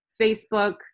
Facebook